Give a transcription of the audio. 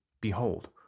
Behold